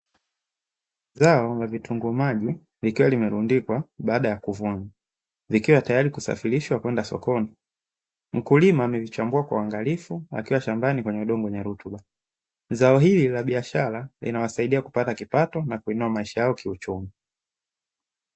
Zao la vitunguu maji likiwa limerundikwa baaada ya kuvunwa, likiwa tayari kusafirishwa kwenda sokoni, mkulima amelichambua kwa uangalifu, akiwa shambani kwenye udongo wenye rutuba zao hili la kibiashara linawasaidia kupata kipato na kuinua maisha yao kiuchumi.